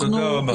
תודה רבה.